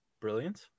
Brilliant